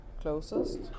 closest